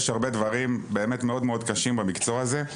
יש הרבה דברים באמת מאוד מאוד קשים במקצוע הזה.